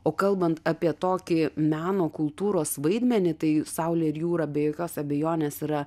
o kalbant apie tokį meno kultūros vaidmenį tai saulė ir jūra be jokios abejonės yra